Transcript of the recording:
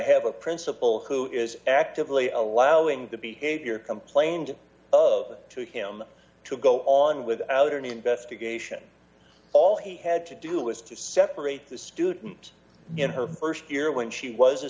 have a principal who is actively allowing the behavior complained of to him to go on without an investigation all he had to do was to separate the student in her st year when she was a